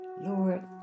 Lord